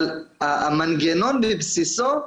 אבל בבסיסו,